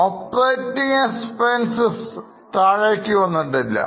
Operating expenses താഴേക്ക് വന്നിട്ടില്ല